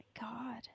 God